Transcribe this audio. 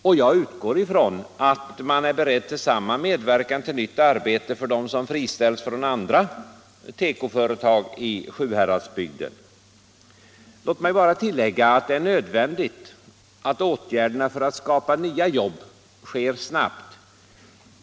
Och jag utgår ifrån att man är beredd till samma medverkan till nytt arbete för dem som friställs från andra tekoföretag i Sjuhäradsbygden. Låt mig bara tillägga att det är nödvändigt att åtgärderna för att skapa nya jobb sker snabbt.